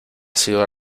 sido